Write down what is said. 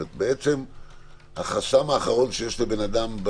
החסם האחרון שיש לאדם,